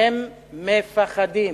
הם מ-פ-ח-ד-י-ם.